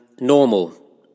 normal